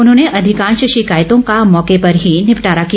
उन्होंने अधिकांश शिकायतों का मौके पर ही निंपटारा किया